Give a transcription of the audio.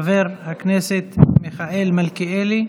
חבר הכנסת מיכאל מלכיאלי,